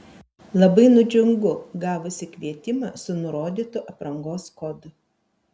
labai nudžiungu gavusi kvietimą su nurodytu aprangos kodu